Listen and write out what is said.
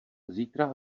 zítra